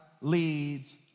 leads